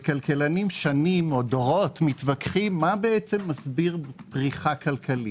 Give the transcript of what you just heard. דורות מתווכחים מה מסביר בריחה כלכלית.